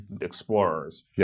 explorers